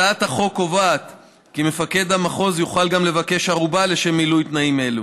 הצעת החוק קובעת כי מפקד המחוז יוכל גם לבקש ערובה לשם מילוי תנאים אלו.